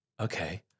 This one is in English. okay